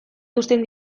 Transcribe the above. eusten